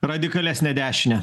radikalesnę dešinę